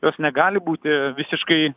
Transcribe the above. jos negali būti visiškai